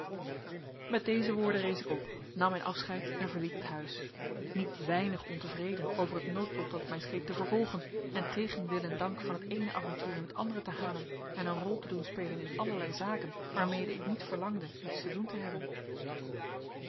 met deze woorden rees ik op nam mijn afscheid en verliet het huis niet weinig ontevreden over het noodlot dat mij scheen te vervolgen en tegen wil en dank van het eene avontuur in het andere te halen en een rol te doen spelen in allerlei zaken waarmede ik niet verlangde iets te doen te hebben